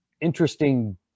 interesting